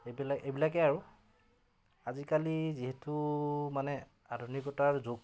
এইবিলাক এইবিলাকে আৰু আজিকালি যিহেতু মানে আধুনিকতাৰ যুগ